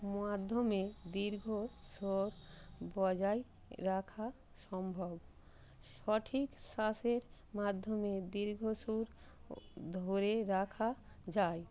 মাধ্যমে দীর্ঘ স্বর বজায় রাখা সম্ভব সঠিক শ্বাসের মাধ্যমে দীর্ঘ সুর ও ধরে রাখা যায়